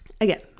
again